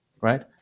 right